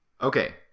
okay